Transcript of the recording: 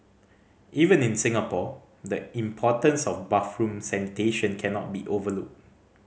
even in Singapore the importance of bathroom sanitation cannot be overlooked